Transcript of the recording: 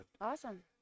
Awesome